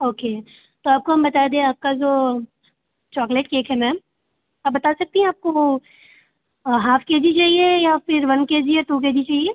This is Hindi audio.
ओके तो आपको हम बता दें आपका जो चॉकलेट केक है मैम आप बता सकती हैं आपको वह हाफ़ के जी चाहिए या फिर वन के जी या टू के जी चाहिए